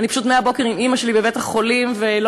אני פשוט מהבוקר עם אימא שלי בבית-החולים ולא